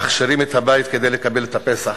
מכשירים את הבית כדי לקבל את הפסח.